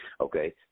Okay